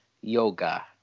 yoga